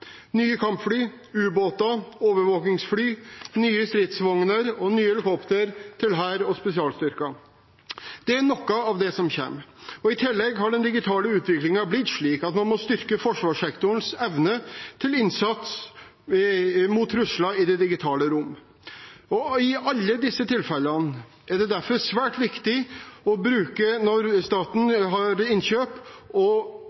Nye kampfly, ubåter, overvåkingsfly, nye stridsvogner og nye helikopter til hær og spesialstyrker er noe av det som kommer. I tillegg er den digitale utviklingen blitt slik at man må styrke forsvarssektorens evne til innsats mot trusler i det digitale rom. I alle disse tilfellene når staten har innkjøp, er det derfor svært viktig å bruke mulighetene til å utvikle og